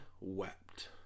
wept